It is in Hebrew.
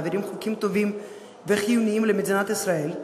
מעבירים חוקים טובים וחיוניים למדינת ישראל,